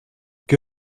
que